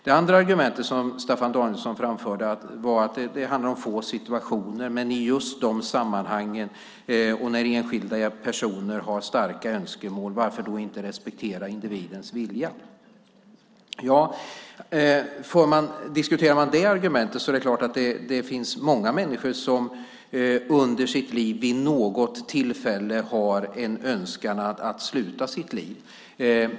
Det andra argumentet som Staffan Danielsson framförde var att det handlar om få situationer men i just dessa sammanhang och när enskilda personer har starka önskemål, varför då inte respektera individens vilja? Diskuterar man detta argument är det klart att det finns många människor som under sitt liv vid något tillfälle har en önskan om att sluta sitt liv.